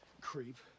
Creep